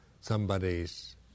somebody's